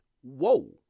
Whoa